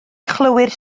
chlywir